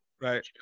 Right